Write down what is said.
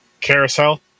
Carousel